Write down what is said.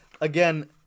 again